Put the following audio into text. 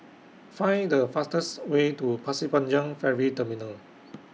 Find The fastest Way to Pasir Panjang Ferry Terminal